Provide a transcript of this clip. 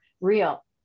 real